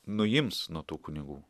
nuims nuo tų kunigų